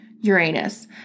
Uranus